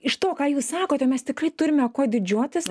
iš to ką jūs sakote mes tikrai turime kuo didžiuotis